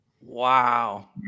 Wow